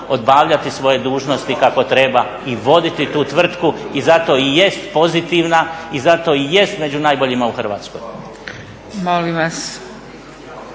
obavljati svoje dužnosti kako treba i voditi tu tvrtku. I zato i jest pozitivna, i zato i jest među najboljima u Hrvatskoj. **Zgrebec,